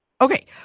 Okay